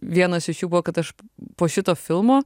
vienas iš jų buvo kad aš po šito filmo